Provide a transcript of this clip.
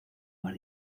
más